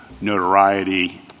notoriety